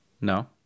No